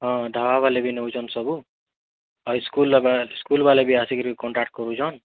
ହଁ ଢାବା ବାଲେ ବି ନେଉଛନ୍ ସବୁ ଆଉ ସ୍କୁଲ୍ ର ବା ସ୍କୁଲ୍ ବାଲେ ବି ଆସିକିରି କଣ୍ଟାକ୍ଟ କରୁଛନ୍